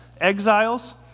exiles